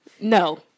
No